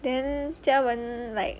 then jia wen like